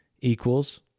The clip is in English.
equals